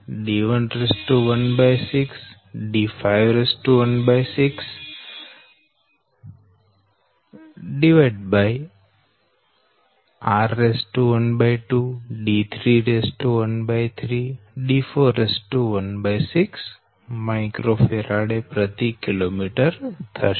0242log D13 d2 13d1 16d516r12 d313 d416 µFkm થશે